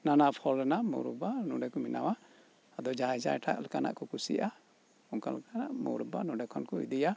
ᱱᱟᱱᱟ ᱯᱦᱚᱞ ᱨᱮᱱᱟᱜ ᱢᱚᱣᱨᱚᱵᱵᱟ ᱱᱚᱰᱮᱠᱩ ᱵᱮᱱᱟᱣᱟ ᱟᱫᱚ ᱡᱟᱦᱟᱸᱭ ᱡᱟᱦᱟᱸᱴᱟᱜ ᱠᱩ ᱠᱩᱥᱤᱭᱟᱜᱼᱟ ᱚᱱᱠᱟ ᱞᱮᱠᱟᱱᱟᱜ ᱢᱚᱣᱨᱚᱵᱵᱟ ᱱᱚᱰᱮᱠᱷᱚᱱ ᱠᱩ ᱤᱫᱤᱭᱟ